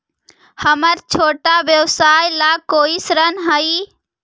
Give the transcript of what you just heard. हमर छोटा व्यवसाय ला कोई ऋण हई?